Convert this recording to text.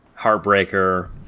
Heartbreaker